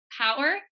power